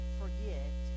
forget